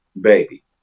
Baby